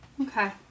Okay